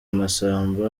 masamba